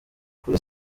kuri